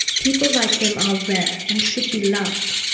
people like him are rare and should be loved.